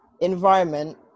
environment